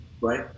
right